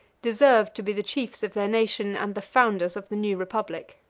deserved to be the chiefs of their nation and the founders of the new republic.